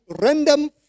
random